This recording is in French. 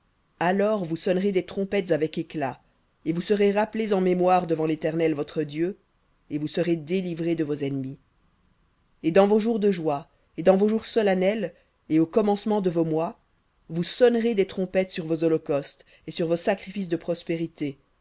alors vous sonnerez des trompettes avec éclat et vous serez rappelés en mémoire devant l'éternel votre dieu et vous serez délivrés de vos ennemis et dans vos jours de joie et dans vos jours solennels et au commencement de vos mois vous sonnerez des trompettes sur vos holocaustes et sur vos sacrifices de prospérités